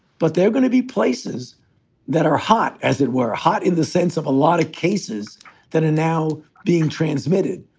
but they are going to be places that are hot, as it were, hot in the sense of a lot of cases that are and now being transmitted.